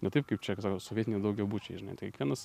ne taip kaip čia sovietiniai daugiabučiai žinai tai kiekvienas